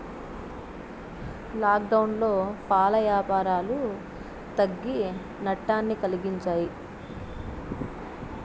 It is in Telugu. లాక్డౌన్లో పాల యాపారాలు తగ్గి నట్టాన్ని కలిగించాయి